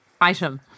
item